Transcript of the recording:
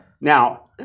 Now